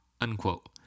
unquote